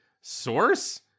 Source